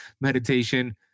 meditation